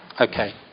Okay